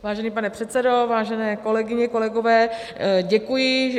Vážený pane předsedo, vážené kolegyně, kolegové, děkuji.